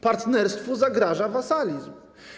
Partnerstwu zagraża wasalizm.